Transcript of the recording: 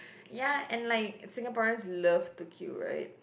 ya and like Singaporeans love to queue right